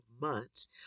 months